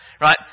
Right